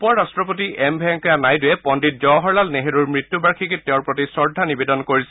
উপৰাট্টপতি এম ভেংকায়া নাইডুৱে পণ্ডিত জৱাহৰলাল নেহৰুৰ মৃত্যু বাৰ্যিকীত তেওঁৰ প্ৰতি শ্ৰদ্ধা নিবেদন কৰিছে